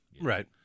right